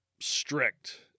strict